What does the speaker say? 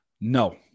No